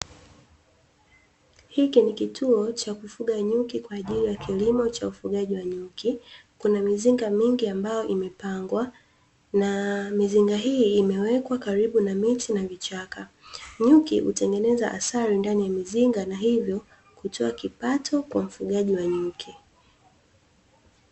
Hiki ni kituo cha kufuga nyuki kwa ajili ya kilimo cha ufugaji wa nyuki. Kuna mizinga mingi ya mbao imepangwa na mizinga hiyo imewekwa karibu na miti na vichaka. Nyuki hutengeneza asali ndani ya mizinga na hivyo kutoa kipato kwa mfugaji wa nyuki.